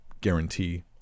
guarantee